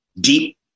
deep